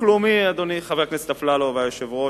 אדוני חבר הכנסת אפללו והיושב-ראש,